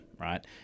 right